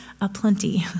aplenty